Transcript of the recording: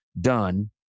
done